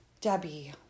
Debbie